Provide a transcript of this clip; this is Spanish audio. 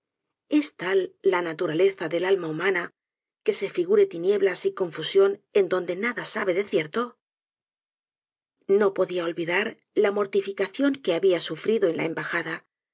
es tal la naturaleza del alma humana que se figure tinieblas y confusión en donde nada sabe de cierto no podia olvidar la mortificación que habia sufrido en la embajada